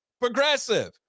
Progressive